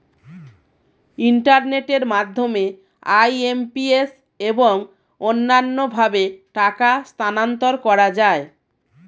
ইন্টারনেটের মাধ্যমে আই.এম.পি.এস এবং অন্যান্য ভাবে টাকা স্থানান্তর করা যায়